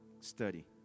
Study